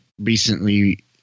recently